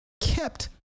kept